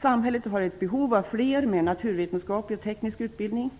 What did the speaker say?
Samhället har ett behov av fler med naturvetenskaplig och teknisk utbildning.